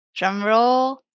Drumroll